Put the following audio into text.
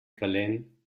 calent